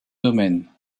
domaine